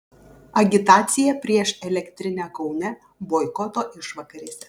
agitacija prieš elektrinę kaune boikoto išvakarėse